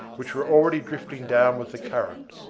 which were already drifting down with the current.